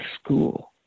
school